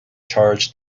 charge